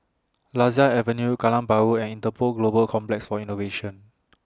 Lasia Avenue Kallang Bahru and Interpol Global Complex For Innovation